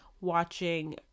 watching